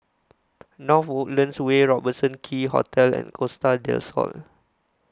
North Woodlands Way Robertson Quay Hotel and Costa Del Sol